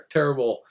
Terrible